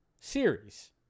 series